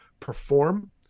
perform